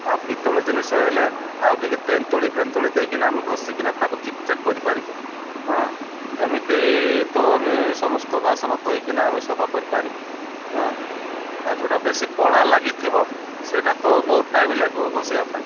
ହଁ ଆଉ ପିତ୍ତଳ ଜିନିଷ ହେଲେ ଆଉ ଟିକେ ତେନ୍ତୁଳି ଫେନ୍ତୁଳି ଦେଇକିନା ଆମେ ଘଷିକିନା ତାକୁ ଚିକ୍ ଚାକ୍ କରିପାରିବୁ ହଁ ଏମିତି ତ ଆମେ ସମସ୍ତ ବାସନ ଧୋଇକିନା ଆମେ ସଫା କରିପାରିବୁ ଆଉ ଯେଉଁଟା ବେଶୀ କଳା ଲାଗିଥିବ ସେଇଟା ତ ବହୁତ ଟାଇମ୍ ଲାଗିବ ଘଷିବା ପାଇଁ